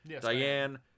diane